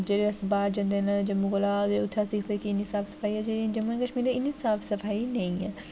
जेह्डे़ अस बाह्र जंदे न जम्मू कोला ते उ'त्थें अस दिखदे न कि इ'न्नी साफ सफाई ऐ ते जम्मू कश्मीर च इ'न्नी साफ सफाई नेईं ऐ